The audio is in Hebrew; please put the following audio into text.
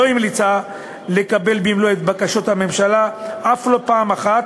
המליצה לקבל במלואן את בקשות הממשלה אף לא פעם אחת,